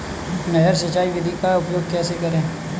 नहर सिंचाई विधि का उपयोग कैसे करें?